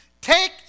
Take